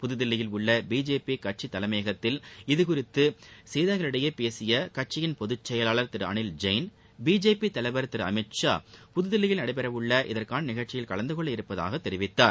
புதுதில்லியில் உள்ள பிஜேபி கட்சி தலைமையகத்தில் இதுகுறித்து செய்தியாளர்களிடையே பேசிய கட்சியின் பொதுச் செயலாளர் திரு அனில் ஜெயின் பிஜேபி தலைவர் திரு அமித் ஷா புதுதில்லியில் நடைபெற உள்ள இதற்கான நிகழ்ச்சியில் கலந்து கொள்ள இருப்பதாகத் தெரிவித்தார்